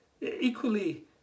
Equally